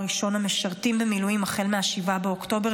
ראשון המשרתים במילואים החל מ-7 באוקטובר,